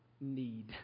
need